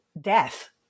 Death